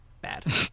bad